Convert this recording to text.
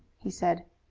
he said.